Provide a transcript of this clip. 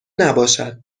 نباشد